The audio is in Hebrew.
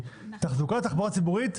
כי תחזוקת התחבורה הציבורית,